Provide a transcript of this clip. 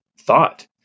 Thought